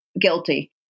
guilty